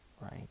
right